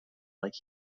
like